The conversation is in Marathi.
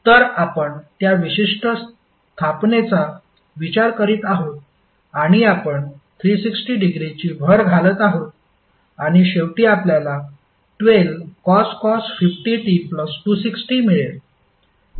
तर आपण त्या विशिष्ट स्थापनेचा विचार करीत आहोत आणि आपण 360 डिग्रीची भर घालत आहोत आणि शेवटी आपल्याला 12cos 50t260 मिळेल